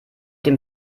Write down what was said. dem